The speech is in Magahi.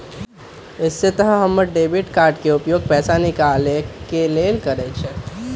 अइसे तऽ हम डेबिट कार्ड के उपयोग पैसा निकाले के लेल करइछि